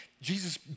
Jesus